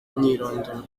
imyirondoro